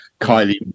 Kylie